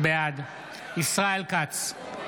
בעד ישראל כץ,